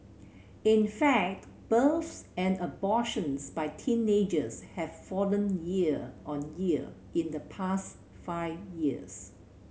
in fact births and abortions by teenagers have fallen year on year in the past five years